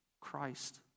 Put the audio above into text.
Christ